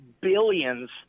billions